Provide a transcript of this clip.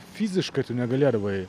fiziškai tu negalėdavai